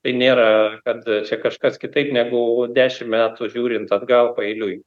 tai nėra kad čia kažkas kitaip negu dešimt metų žiūrint atgal paeiliui